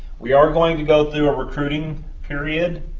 we are going to go through a recruiting period.